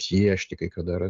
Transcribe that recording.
piešti kai kada ir